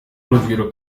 urugwiro